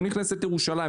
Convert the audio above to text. לא נכנסת לירושלים,